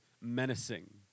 menacing